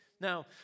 Now